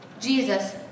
Jesus